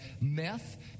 meth